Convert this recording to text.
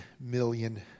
million